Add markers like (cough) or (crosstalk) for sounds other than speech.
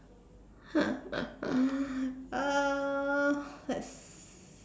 (laughs) uh let's